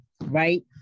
right